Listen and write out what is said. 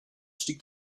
stieg